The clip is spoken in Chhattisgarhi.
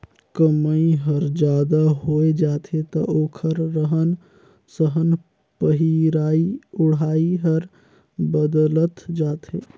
कमई हर जादा होय जाथे त ओखर रहन सहन पहिराई ओढ़ाई हर बदलत जाथे